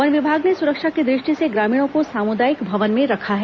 one विभाग ने सुरक्षा की दृष्टि से ग्रामीणों को सामुदायिक भवन में रखा है